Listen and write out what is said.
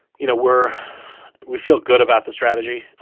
you know, we're we feel good about the strategy.